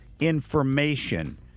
information